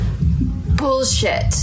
bullshit